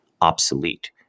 obsolete